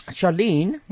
Charlene